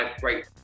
great